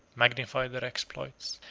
magnified their exploits,